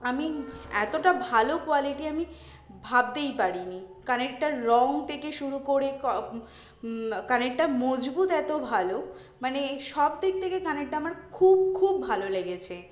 আমি এতোটা ভালো কোয়ালিটি আমি ভাবদেই পারিনি কানেরটার রঙ তেকে শুরু করে ক কানেরটা মজবুত এতো ভালো মানে সব দিক তেকে কানেরটা আমার খুব খুব ভালো লেগেছে